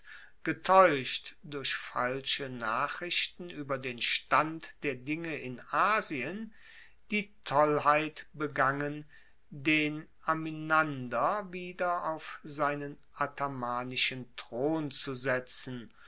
getaeuscht durch falsche nachrichten ueber den stand der dinge in asien die tollheit begangen den amynander wieder auf seinen athamanischen thron zu setzen